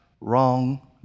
wrong